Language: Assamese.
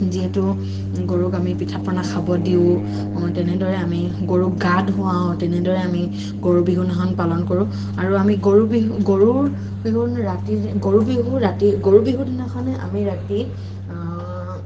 যিহেতু গৰুক আমি পিঠা পনা খাব দিওঁ তেনেদৰে আমি গৰুক গা ধুৱাও তেনেদৰেই আমি গৰু বিহু দিনাখন পালন কৰো আৰু আমি গৰু বিহু গৰুৰ বিহুৰ ৰাতি গৰু বিহু ৰাতি গৰু বিহু দিনাখনে আমি ৰাতি